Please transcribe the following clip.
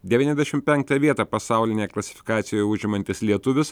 devyniasdešimt penktą vietą pasaulinėje klasifikacijoje užimantis lietuvis